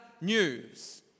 news